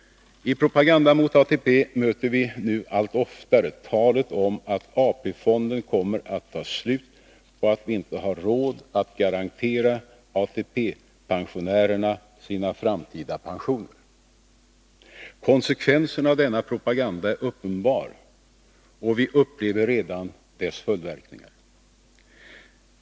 I propagandan mot ATP möter vi nu allt oftare talet om att AP-fonden kommer att ta slut och att vi inte har råd att garantera ATP-pensionärerna deras framtida pensioner. Konsekvenserna av denna propaganda är uppenbara, och vi upplever redan dess följdverkningar.